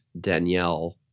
Danielle